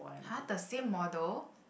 !huh! the same model